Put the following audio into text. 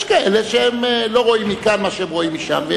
יש כאלה שלא רואים מכאן מה שהם רואים משם.